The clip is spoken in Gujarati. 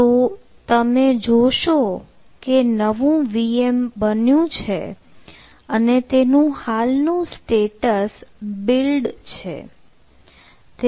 તો તમે જોશો કે નવું VM બન્યું છે અને તેનું હાલનું સ્ટેટસ છે